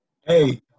Hey